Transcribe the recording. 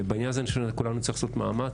ובעניין הזה אני חושב שכולנו נצטרך לעשות מאמץ.